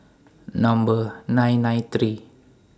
Number nine nine three